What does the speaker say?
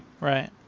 Right